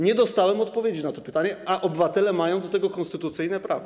Nie dostałem odpowiedzi na pytanie, a obywatele mają do tego konstytucyjne prawo.